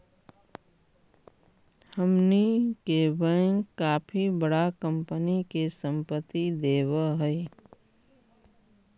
हमनी के बैंक काफी बडा कंपनी के संपत्ति देवऽ हइ